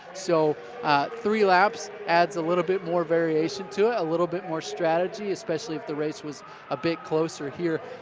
so three laps adds a little bit more variation to it, a little bit more strategy, especially if the race was a bit closer here.